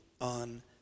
on